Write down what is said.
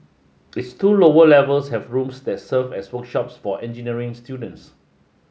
its two lower levels have rooms that serve as workshops for engineering students